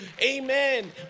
Amen